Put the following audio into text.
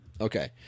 okay